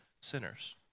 sinners